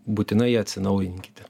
būtinai atsinaujinkite